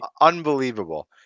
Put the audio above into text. unbelievable